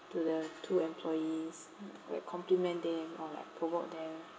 to the two employees like compliment them or like promote them